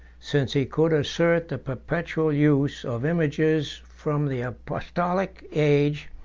since he could assert the perpetual use of images, from the apostolic age,